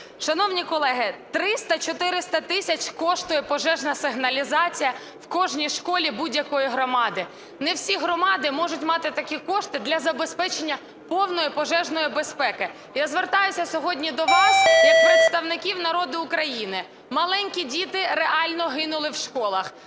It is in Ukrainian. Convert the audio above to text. Шановні колеги, 300-400 тисяч коштує пожежна сигналізація в кожній школі будь-якої громади. Не всі громади можуть мати такі кошти для забезпечення повної пожежної безпеки. Я звертаюсь сьогодні до вас як представників народу України, маленькі діти реально гинули в школах,